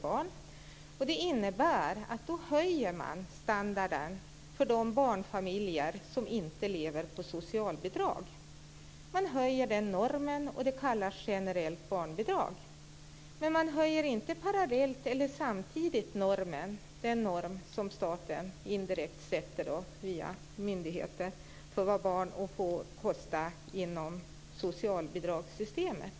Det innebär att man då höjer standarden för de barnfamiljer som inte lever på socialbidrag. Man höjer normen, och det kallas för generellt barnbidrag. Men man höjer inte parallellt eller samtidigt den norm som staten indirekt sätter via myndigheter för vad barn får kosta inom socialbidragssystemet.